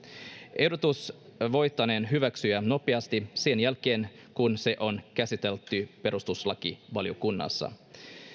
ehdotus voitaneen hyväksyä nopeasti sen jälkeen kun se on käsitelty perustuslakivaliokunnassa